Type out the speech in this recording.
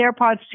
AirPods